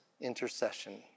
intercession